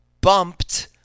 Bumped